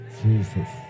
jesus